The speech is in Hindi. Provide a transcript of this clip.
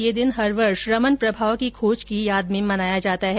ये दिन हर वर्ष रमन प्रभाव की खोज की स्मृति में मनाया जाता है